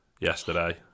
yesterday